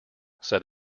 said